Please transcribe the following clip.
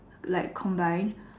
like combined